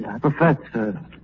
Professor